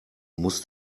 muss